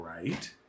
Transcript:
right